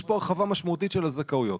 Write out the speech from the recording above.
יש כאן הרחבה משמעותית של הזכאויות.